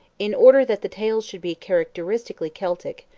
in order that the tales should be characteristically celtic,